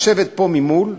לשבת פה ממול,